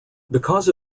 because